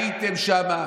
הייתם שם,